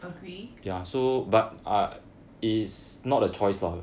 agree